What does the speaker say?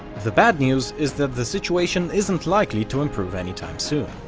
the bad news is that the situation isn't likely to improve anytime soon.